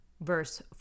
verse